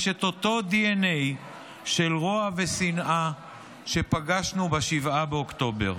יש את אותו דנ"א של רוע ושנאה שפגשנו ב-7 באוקטובר.